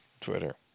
Twitter